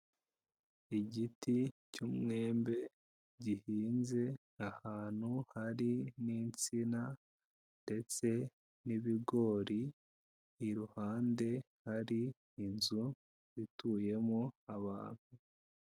Igiti cy'umwembe gihinze ahantu hari n'insina ndetse n'ibigori, iruhande hari inzu ituyemo abantu.